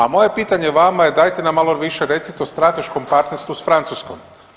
A moje pitanje vama je, dajte nam malo više recite o strateškom partnerstvu s Francuskom.